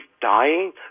dying